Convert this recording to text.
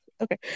Okay